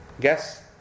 Guess